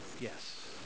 yes